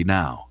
now